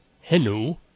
Hello